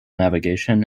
navigation